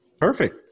Perfect